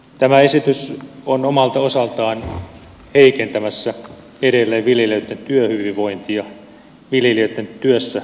tämä esitys on omalta osaltaan heikentämässä edelleen viljelijöitten työhyvinvointia viljelijöitten työssä jaksamista